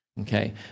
okay